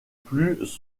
plus